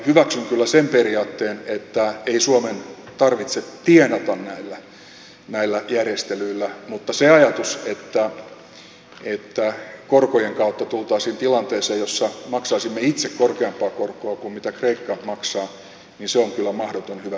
hyväksyn kyllä sen periaatteen että ei suomen tarvitse tienata näillä järjestelyillä mutta se ajatus että korkojen kautta tultaisiin tilanteeseen jossa maksaisimme itse korkeampaa korkoa kuin mitä kreikka maksaa on kyllä mahdoton hyväksyä sekin